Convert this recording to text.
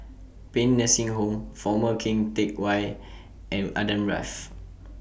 Paean Nursing Home Former Keng Teck Whay and Adam Drive